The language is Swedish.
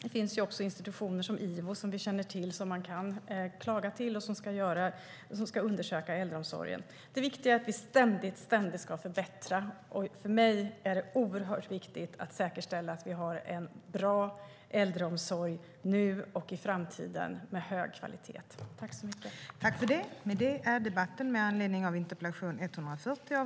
Det finns också institutioner som Ivo, som ska undersöka äldreomsorgen och som man kan klaga till. Det viktiga är att vi ständigt förbättrar. För mig är det oerhört viktigt att säkerställa att vi har en bra äldreomsorg, en äldreomsorg med hög kvalitet, nu och i framtiden.